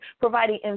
providing